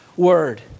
word